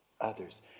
others